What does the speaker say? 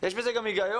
יש בזה גם היגיון,